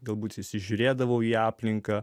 galbūt įsižiūrėdavau į aplinką